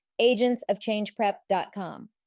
agentsofchangeprep.com